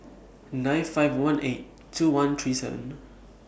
nine five one eight two one three seven